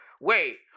Wait